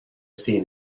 seen